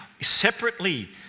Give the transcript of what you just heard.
separately